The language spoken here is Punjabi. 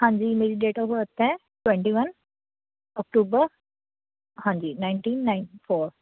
ਹਾਂਜੀ ਮੇਰੀ ਡੇਟ ਔਫ ਬਰਥ ਹੈ ਟਵੈਂਟੀ ਵਨ ਅਕਤੂਬਰ ਹਾਂਜੀ ਨਾਇਨਟੀ ਨਾਇਨਟੀ ਫੋਰ